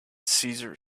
cesar